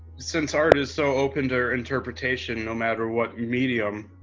since art is so open to interpretation, no matter what medium,